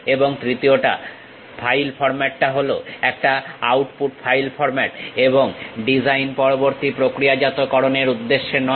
এবং তৃতীয়টা ফাইল ফর্মাটটা হলো একটা আউটপুট ফাইল ফর্মাট এবং ডিজাইন পরবর্তী প্রক্রিয়াজাতকরণের উদ্দেশ্যে নয়